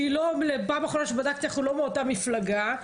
שבפעם האחרונה שבדקתי אנחנו לא מאותה מפלגה,